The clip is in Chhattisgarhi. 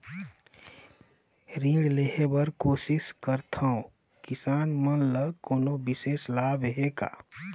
ऋण लेहे बर कोशिश करथवं, किसान मन ल कोनो विशेष लाभ हे का?